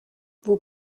vous